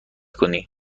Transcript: کنی